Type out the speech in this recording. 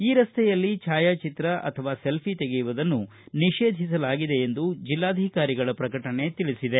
ಈ ರಸ್ತೆಯಲ್ಲಿ ಛಾಯಾಚಿತ್ರ ಅಥವಾ ಸೆಲ್ಲಿ ತೆಗೆಯುವುದನ್ನು ನಿಷೇಧಿಸಲಾಗಿದೆ ಎಂದು ಜಿಲ್ಲಾಧಿಕಾರಿಗಳ ಪ್ರಕಟಣೆ ತಿಳಿಸಿದೆ